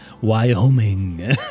Wyoming